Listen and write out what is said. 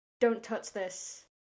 don't-touch-this